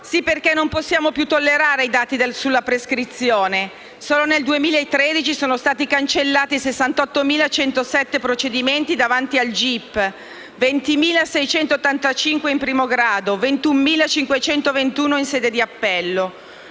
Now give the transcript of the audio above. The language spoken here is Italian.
Infatti non possiamo più tollerare i dati sulla prescrizione: solo nel 2013 sono stati cancellati 68.107 procedimenti davanti al GIP, 20.685 in primo grado, 21.521 in sede di appello.